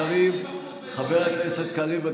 חבר הכנסת קריב,